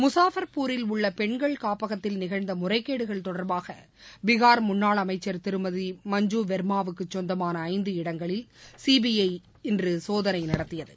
முஷாபர்பூரில் உள்ள பெண்கள் காப்பகத்தில் நிகழ்ந்த முறைகேடுகள் தொடர்பாக பீகார் முன்னாள் அமைக்சர் திருமதி மஞ்சு வாமாவுக்குச் சொந்தமான ஐந்து இடங்களில் சிபிஐ இன்று சோதனை நடத்தியது